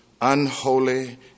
unholy